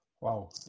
Wow